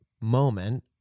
moment